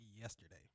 yesterday